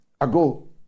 ago